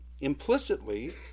Implicitly